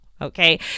okay